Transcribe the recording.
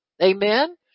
Amen